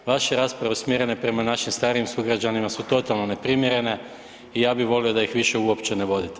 Vaše rasprave usmjerene prema našim starijim sugrađanima su totalno neprimjerene i ja bih volio da ih više uopće ne vodite.